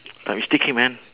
thought you still came man